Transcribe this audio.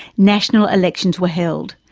national elections were held,